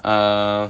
uh